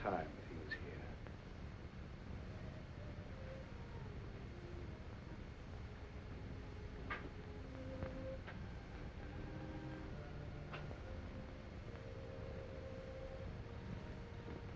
time